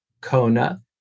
Kona